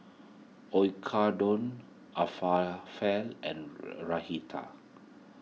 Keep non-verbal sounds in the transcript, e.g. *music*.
*unintelligible* and *unintelligible*